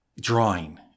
drawing